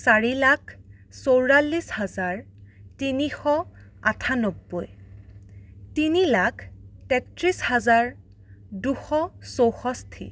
চাৰি লাখ চৌৰাল্লিছ হাজাৰ তিনিশ আঠান্নব্বৈ তিনি লাখ তেত্ৰিছ হাজাৰ দুশ চৌষষ্ঠি